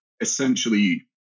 essentially